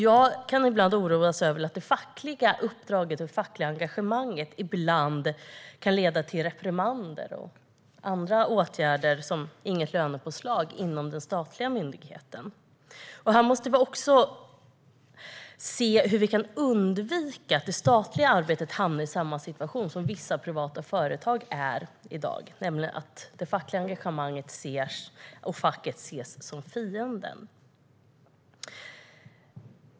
Jag kan ibland oroa mig över att det fackliga uppdraget och engagemanget ibland kan leda till reprimander och andra åtgärder, till exempel inget lönepåslag, inom den statliga myndigheten. Här måste vi också se hur vi kan undvika att det statliga arbetet hamnar i samma situation som vissa privata företag i dag befinner sig i, nämligen att det fackliga engagemanget och facket ses som fienden.